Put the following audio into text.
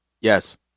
Yes